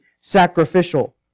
sacrificial